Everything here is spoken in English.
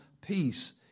peace